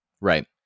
Right